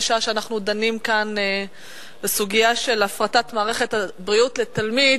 בשעה שאנחנו דנים כאן בסוגיה של הפרטת מערכת הבריאות לתלמיד,